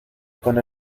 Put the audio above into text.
con